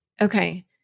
Okay